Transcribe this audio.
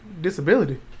disability